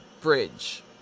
bridge